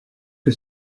que